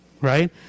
right